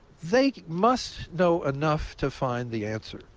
they must know enough to find the answer.